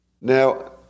Now